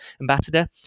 ambassador